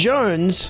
Jones